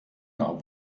nach